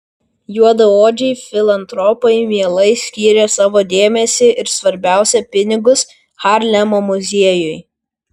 juodaodžiai filantropai mielai skyrė savo dėmesį ir svarbiausia pinigus harlemo muziejui